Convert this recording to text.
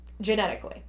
genetically